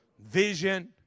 vision